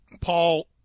Paul